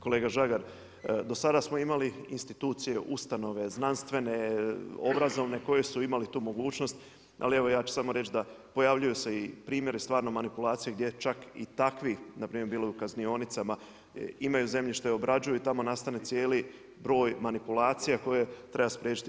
Kolega Žagar, do sada smo imali institucije, ustanove, znanstvene, obrazovne koje su imali tu mogućnost ali evo ja ću samo reći da pojavljuju se i primjeri stvarne manipulacije gdje čak i takvi npr. bilo je u kaznionicama imaju zemljište, obrađuju, tamo nastane cijeli broj manipulacija koje treba spriječiti.